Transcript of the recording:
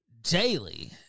daily